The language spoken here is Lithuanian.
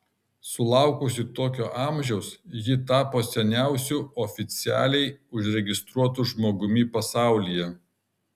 sulaukusi tokio amžiaus ji tapo seniausiu oficialiai užregistruotu žmogumi pasaulyje